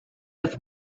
have